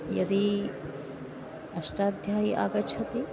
यदि अष्टाध्यायी आगच्छति